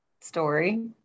story